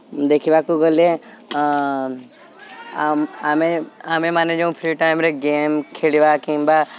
ଦେଖିବାକୁ ଗଲେ ଆମେ ଆମେମାନେ ଯେଉଁ ଫ୍ରି ଟାଇମ୍ରେ ଗେମ୍ ଖେଳିବା କିମ୍ବା